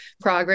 progress